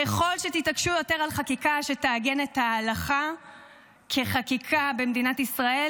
ככל שתתעקשו יותר על חקיקה שתעגן את ההלכה כחקיקה במדינת ישראל,